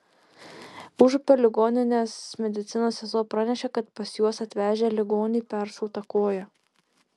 užupio ligoninės medicinos sesuo pranešė kad pas juos atvežę ligonį peršauta koja